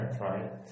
right